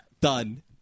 Done